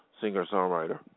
singer-songwriter